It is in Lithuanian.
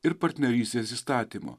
ir partnerystės įstatymo